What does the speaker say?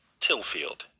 Tillfield